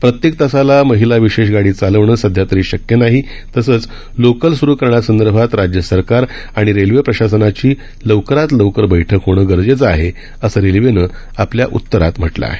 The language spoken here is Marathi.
प्रत्येक तासाला महिला विशेष गाडी चालवणं सध्यातरी शक्य नाही तसंच लोकल सुरू करण्यासंदर्भात राज्य सरकार आणि रेल्वे प्रशासनाची लवकरात लवकर बैठक होणं गरजेचं आहे असं रेल्वनं आपल्या उत्तरात म्हटलं आहे